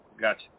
Gotcha